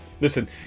listen